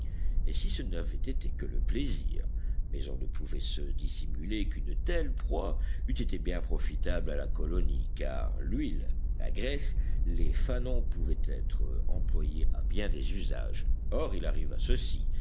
et si ce n'avait été que le plaisir mais on ne pouvait se dissimuler qu'une telle proie eût été bien profitable à la colonie car l'huile la graisse les fanons pouvaient être employés à bien des usages or il arriva ceci